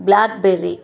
blackberry